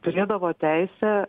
turėdavo teisę